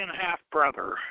half-brother